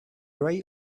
right